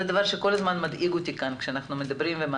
זה דבר שכל הזמן מדאיג אותי כאן כשאנחנו מעבירים